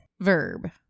Verb